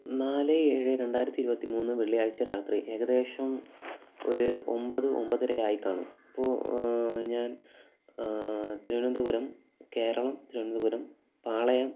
നാല് ഏഴ് രണ്ടായിരത്തി ഇരുപത്തി മൂന്ന് വെള്ളിയാഴ്ച രാത്രി ഏകദേശം ഒരു ഒൻപത് ഒൻപതര ആയി കാണും അപ്പോൾ ഞാൻ തിരുവനന്തപുരം കേരളം തിരുവനന്തപുരം പാളയം